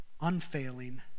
unfailing